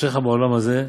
אשריך בעולם הזה,